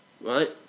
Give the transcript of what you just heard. Right